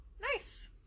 Nice